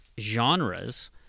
genres